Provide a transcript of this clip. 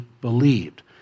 believed